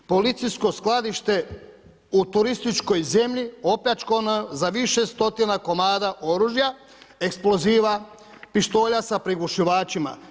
Policijsko skladište u turističkoj zemlji opljačkano za više stotina komada oružja, eksploziva, pištolja sa prigušivačima.